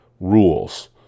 rules